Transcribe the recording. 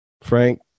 Frank